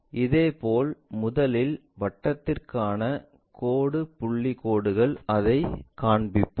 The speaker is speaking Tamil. இதேபோல் முதலில் வட்டத்திற்கான கோடு புள்ளி கோடுகள் அதைக் காண்பிப்போம்